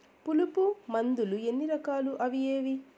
పులుగు మందులు ఎన్ని రకాలు అవి ఏవి?